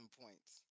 points